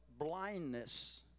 blindness